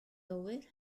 gywir